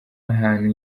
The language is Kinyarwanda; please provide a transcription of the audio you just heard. hantu